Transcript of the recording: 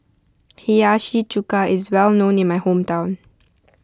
Hiyashi Chuka is well known in my hometown